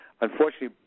unfortunately